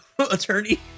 attorney